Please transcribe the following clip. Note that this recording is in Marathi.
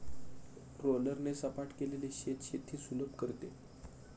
रोलरने सपाट केलेले शेत शेती सुलभ करते